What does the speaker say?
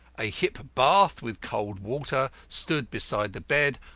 a hip-bath, with cold water, stood beside the bed,